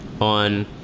on